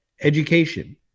education